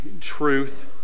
truth